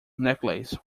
necklace